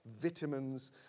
vitamins